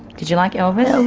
did you like elvis?